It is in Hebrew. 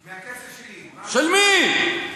מהכסף שלי, של מי?